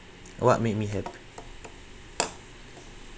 what made me happy